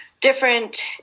different